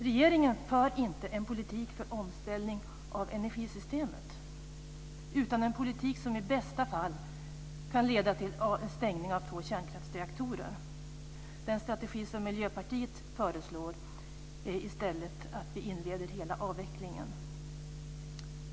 Regeringen för inte en politik för omställning av energisystemet utan en politik som i bästa fall kan leda till stängning av två kärnkraftsreaktorer. Den strategi som Miljöpartiet föreslår är i stället att vi inleder hela avvecklingen.